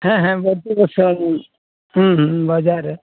ᱦᱮᱸ ᱦᱮᱸ ᱵᱟᱲᱴᱤ ᱵᱚᱪᱷᱚᱨ ᱵᱟᱡᱟᱨ ᱨᱮ